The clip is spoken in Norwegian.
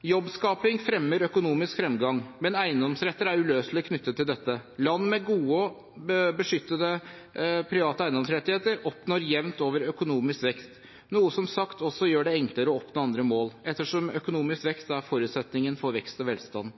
Jobbskaping fremmer økonomisk fremgang, men eiendomsretter er uløselig knyttet til dette. Land med gode og beskyttede private eiendomsrettigheter oppnår jevnt over økonomisk vekst, noe som som sagt også gjør det enklere å oppnå andre mål, ettersom økonomisk vekst er